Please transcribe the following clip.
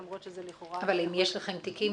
למרות שלכאורה --- אבל אם יש לכם תיקים,